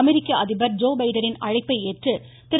அமெரிக்க அதிபர் ஜோ பைடனின் அழைப்பை ஏற்று திரு